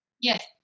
Yes